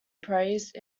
praised